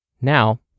Now